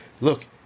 look